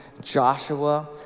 Joshua